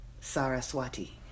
Saraswati